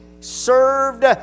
served